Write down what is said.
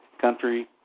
Country